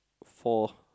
four